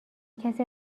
کسی